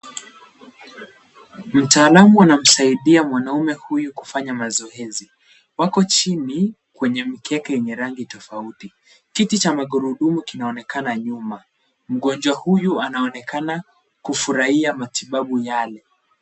Mtaalamu anamsaidia mwanaume huyu kufanya mazoezi. Wako chini kwenye mkeka yenye rangi tofauti. Kiti cha magurudumu kinaonekana nyuma. Mgonjwa huyu anaonekana kufurahia matibabu yale.